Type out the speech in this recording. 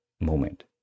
moment